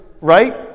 right